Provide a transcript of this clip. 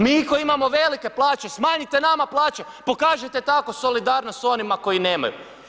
Mi koji imamo velike plaće, smanjite nama plaće, pokažite tako solidarnost onima koji nemaju.